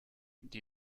die